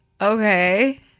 Okay